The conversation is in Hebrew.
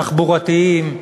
תחבורתיים,